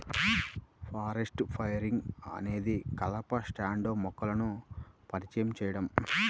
forest farming అనేది కలప స్టాండ్లో మొక్కలను పరిచయం చేయడం